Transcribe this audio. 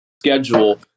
schedule